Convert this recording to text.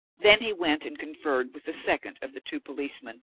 then he went and conferred with the second of the two policemen,